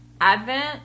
advent